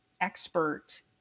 expert